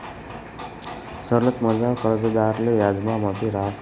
सवलतमझार कर्जदारले याजमा माफी रहास का?